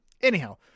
Anyhow